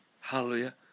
Hallelujah